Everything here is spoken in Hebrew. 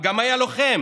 הוא גם היה לוחם,